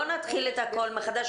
לא נתחיל את הכול מחדש.